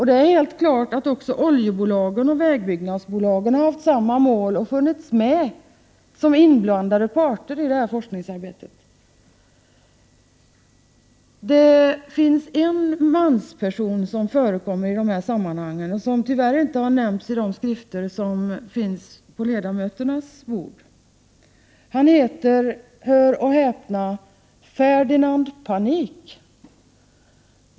Det är helt klart att också oljebolagen och vägbyggnadsbolagen har haft samma mål och har funnits med som inblandade parter i detta forskningsarbete. Det förekommer en mansperson i dessa sammanhang som tyvärr inte har nämnts i de skrifter som finns på ledamöternas bord. Han heter — hör och häpna — Ferdinand Panik.